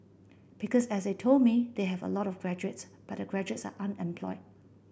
because as they told me they have a lot of graduates but the graduates are unemployed